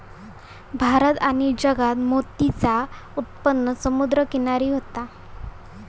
भारत आणि जगात मोतीचा उत्पादन समुद्र किनारी होता